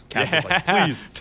Please